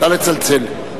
נא לצלצל.